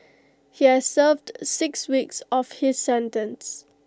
he has served six weeks of his sentence